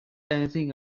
anything